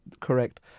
correct